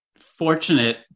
fortunate